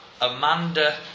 Amanda